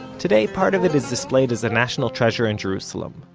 today, part of it is displayed as a national treasure in jerusalem,